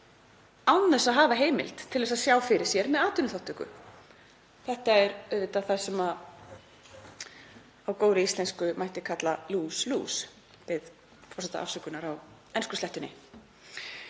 án þess að hafa heimild til þess að sjá fyrir sér með atvinnuþátttöku. Þetta er auðvitað það sem á góðri íslensku mætti kalla „lose-lose“, ég bið forseta afsökunar á enskuslettunni.